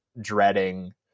dreading